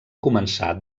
començar